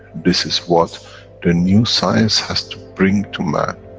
this is what the new science has to bring to man.